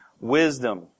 wisdom